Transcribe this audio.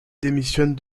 démissionne